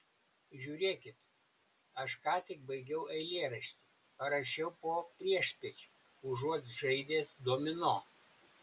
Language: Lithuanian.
žiūrėkit aš ką tik baigiau eilėraštį parašiau po priešpiečių užuot žaidęs domino